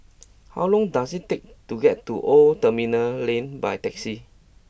how long does it take to get to Old Terminal Lane by taxi